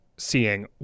seeing